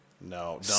No